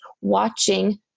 watching